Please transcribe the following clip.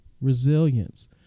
resilience